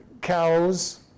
cows